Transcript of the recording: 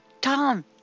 Tom